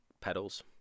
pedals